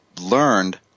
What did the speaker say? learned